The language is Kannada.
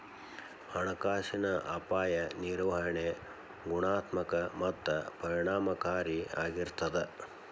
ಹಣಕಾಸಿನ ಅಪಾಯ ನಿರ್ವಹಣೆ ಗುಣಾತ್ಮಕ ಮತ್ತ ಪರಿಣಾಮಕಾರಿ ಆಗಿರ್ತದ